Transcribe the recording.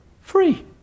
free